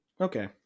okay